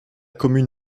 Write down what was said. commune